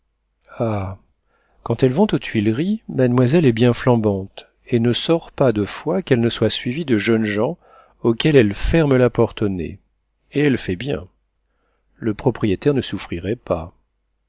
quand elles vont aux tuileries mademoiselle est bien flambante et ne sort pas de fois qu'elle ne soit suivie de jeunes gens auxquels elle ferme la porte au nez et elle fait bien le propriétaire ne souffrirait pas